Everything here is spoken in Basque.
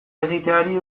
egiteari